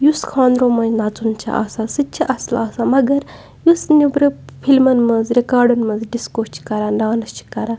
یُس خانٛدرو منٛز نَژُن چھُ آسان سُہ تہِ چھِ اصٕل آسان مگر یُس نیٚبرٕ فِلمن منٛز رِکارڈَن منٛز ڈِسکو چھِ کَران ڈانٕس چھِ کَران